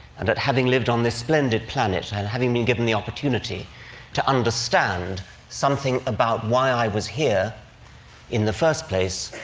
and at having lived on this splendid planet, and having been given the opportunity to understand something about why i was here in the first place,